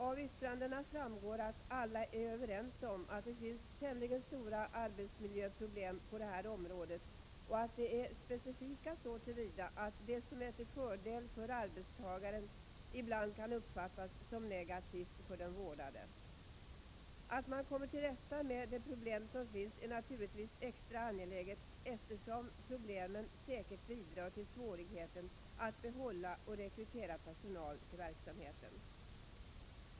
Av yttrandena framgår att alla är överens om att det finns tämligen stora arbetsmiljöproblem på det här området och att de är specifika så till vida att det som är till fördel för arbetstagaren ibland kan uppfattas som negativt för den vårdade. Att man kommer till rätta med de problem som finns är naturligtvis extra angeläget, eftersom problemen säkert bidrar till svårigheten att behålla och rekrytera personal till verksamheten.